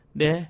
...de